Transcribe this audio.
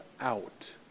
out